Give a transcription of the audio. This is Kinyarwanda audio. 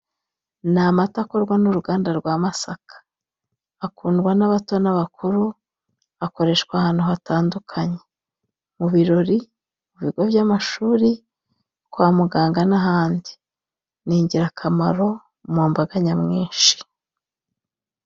Ni amata akorwa n'uruganda rwa Masaka akundwa n'abato n'abakuru akoreshwa ahantu hatandukanye mu birori, mu bigo by'amashuri, kwa muganga n'ahandi ni ingirakamaro mu mbaganyamwinshi.